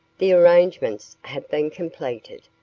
the arrangements have been completed,